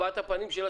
הבעת הפנים שלה,